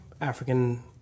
African